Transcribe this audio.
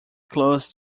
closed